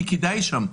כי כדאי שם.